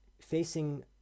facing